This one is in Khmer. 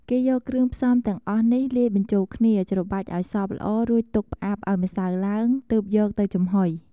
គេយកគ្រឿងផ្សំទាំងអស់នេះលាយបញ្ចូលគ្នា ច្របាច់ឱ្យសព្វល្អ រួចទុកផ្អាប់ឱ្យម្សៅឡើង ទើបយកទៅចំហុយ។